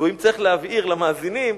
ואם צריך להבהיר למאזינים,